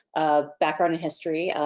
a background in history.